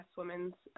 women's